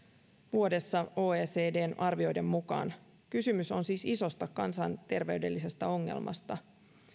vuodessa oecdn arvioiden mukaan kysymys on siis isosta kansanterveydellisestä ongelmasta